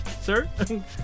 sir